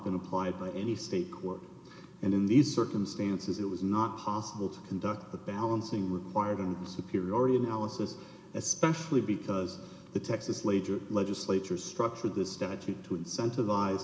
been applied by any state court and in these circumstances it was not possible to conduct a balancing required of superiority analysis especially because the texas later legislature structured this statute to incent